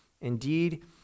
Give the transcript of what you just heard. Indeed